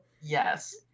Yes